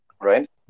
right